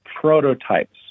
Prototypes